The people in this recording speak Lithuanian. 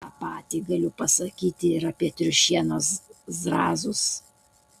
tą patį galiu pasakyti ir apie triušienos zrazus